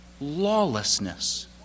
lawlessness